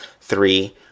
three